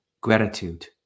gratitude